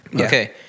Okay